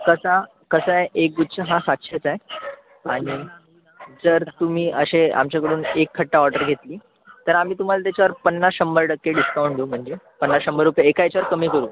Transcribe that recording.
कसा कसं आहे एक गुच्छ हा सातशेचा आहे आणि जर तुम्ही असे आमच्याकडून एखट्टा ऑर्डर घेतली तर आम्ही तुम्हाला त्याच्यावर पन्नास शंभर टक्के डिस्काऊंट देऊ म्हणजे पन्नास शंभर रुपये एका याच्यावर कमी करू